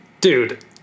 Dude